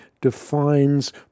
defines